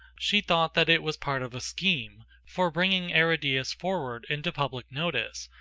she thought that it was part of a scheme for bringing aridaeus forward into public notice,